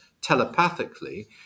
telepathically